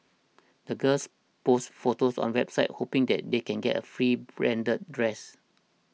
the girls posts photos on a website hoping that they can get a free branded dress